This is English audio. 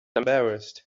embarrassed